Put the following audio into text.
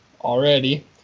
already